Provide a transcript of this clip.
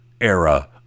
era